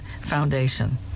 foundation